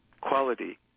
quality